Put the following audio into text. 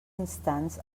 instants